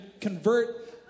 convert